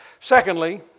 Secondly